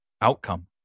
outcome